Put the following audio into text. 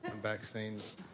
vaccines